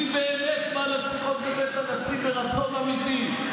מי באמת בא לשיחות בבית הנשיא ברצון אמיתי,